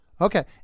Okay